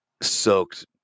soaked